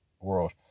world